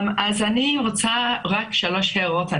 אני רוצה להעיר שלוש הערות.